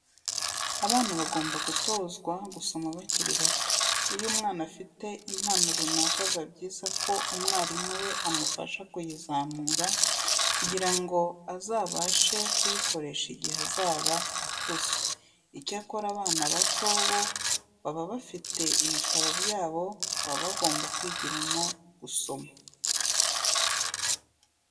Abana bagomba gutozwe gusoma bakiri bato. Iyo umwana afite impano runaka biba byiza ko umwarimu we amufasha kuyizamura kugira ngo azabashe kuyikoresha igihe azaba akuze. Icyakora abana bato bo baba bafite ibitabo byabo baba bagomba kwigiramo gusoma.